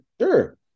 Sure